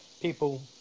people